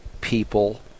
people